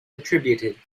attributed